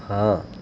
ਹਾਂ